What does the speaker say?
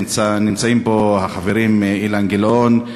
נמצאים פה החברים אילן גילאון,